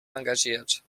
engagiert